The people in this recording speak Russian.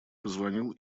позвонил